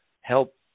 help